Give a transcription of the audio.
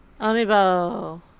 Amiibo